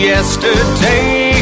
Yesterday